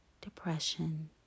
depression